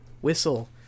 whistle